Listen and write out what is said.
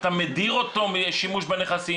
אתה מדיר אותו משימוש בנכס,